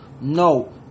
No